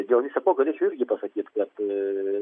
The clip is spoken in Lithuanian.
dėl viso ko galėčiau irgi pasakyt kad